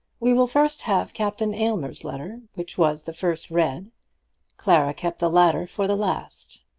we will first have captain aylmer's letter, which was the first read clara kept the latter for the last,